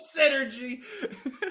synergy